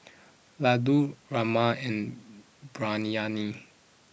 Ladoo Rajma and Biryani